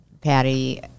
Patty